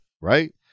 right